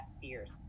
fears